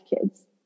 kids